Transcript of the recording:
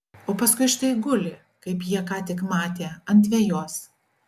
o paskui štai guli kaip jie ką tik matė ant vejos